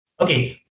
Okay